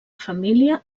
família